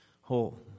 whole